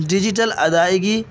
digital ادائیگی